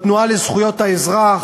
בתנועה לזכויות האזרח,